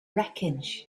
wreckage